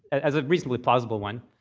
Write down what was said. as a reasonably plausible one,